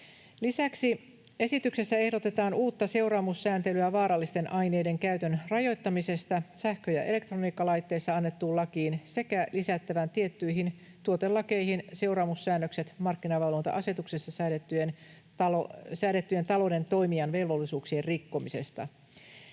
Lisäksi esityksessä ehdotetaan uutta seuraamussääntelyä vaarallisten aineiden käytön rajoittamisesta sähkö- ja elektroniikkalaitteista annettuun lakiin sekä ehdotetaan lisättävän tiettyihin tuotelakeihin seuraamussäännökset markkinavalvonta-asetuksessa säädettyjen talouden toimijan velvollisuuksien rikkomisesta.